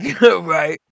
Right